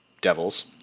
devils